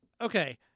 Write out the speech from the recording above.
okay